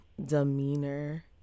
demeanor